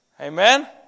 Amen